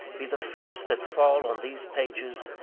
be the first that fall on these pages,